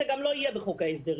זה גם לא יהיה בחוק ההסדרים,